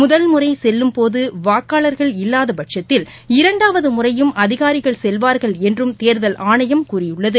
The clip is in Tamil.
முதல்முறைசெல்லும்போதுவாக்காளர்கள் இல்லாதபட்சத்தில் இரண்டாவதுமுறையும் அதிகாரிகள் செல்வார்கள் என்றும் தேர்தல் ஆணையம் கூறியுள்ளது